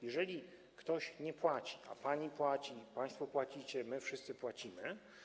Jeżeli ktoś nie płaci, to pani płaci, państwo płacicie, my wszyscy płacimy.